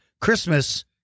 Christmas